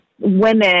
women